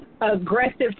aggressive